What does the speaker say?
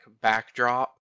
backdrop